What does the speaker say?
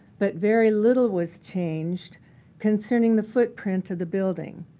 but very little was changed concerning the footprint of the building.